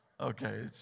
Okay